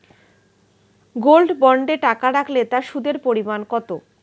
Gold বন্ডে টাকা রাখলে তা সুদের পরিমাণ কত?